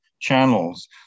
Channels